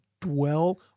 dwell